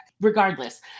Regardless